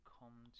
come